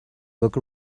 book